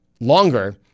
longer